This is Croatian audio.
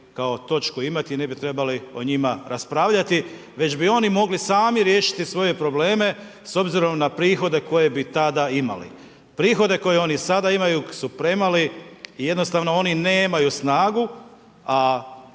kao točku imati i ne bi trebali o njima raspravljati, već bi oni mogli sami riješiti svoje probleme s obzirom na prihode koje bi tada imali. Prihode koje oni sada imaju su premali i jednostavno oni nemaju snagu,